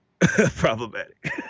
problematic